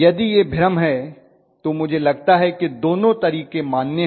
यदि यह भ्रम है तो मुझे लगता है कि दोनों तरीके मान्य हैं